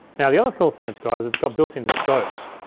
now the other cool thing it's got is it's got built-in scopes.